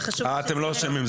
וחשוב --- אתם לא אשמים,